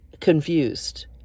confused